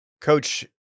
coach